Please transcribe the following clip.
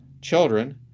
children